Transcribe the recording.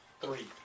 Three